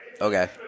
Okay